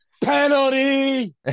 Penalty